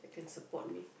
that can support me